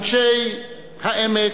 אנשי העמק,